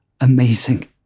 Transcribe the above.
amazing